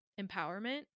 empowerment